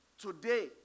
today